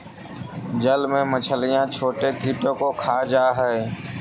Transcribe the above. जल में मछलियां छोटे कीटों को खा जा हई